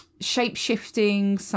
shape-shifting